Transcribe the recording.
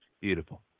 Beautiful